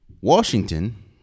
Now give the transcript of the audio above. Washington